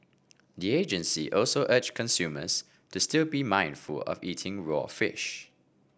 the agency also urged consumers to still be mindful of eating raw fish